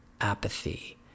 apathy